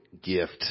gift